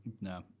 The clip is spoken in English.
No